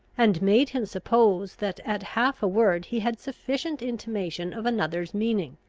and made him suppose that at half a word he had sufficient intimation of another's meaning.